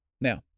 Now